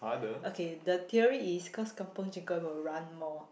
okay the theory is cause kampung chicken will run more